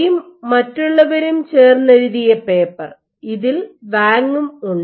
law യും മറ്റുള്ളവരും ചേർന്നെഴുതിയ പേപ്പർ ഇതിൽ വാങും ഉണ്ട്